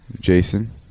Jason